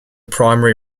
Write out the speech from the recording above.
primary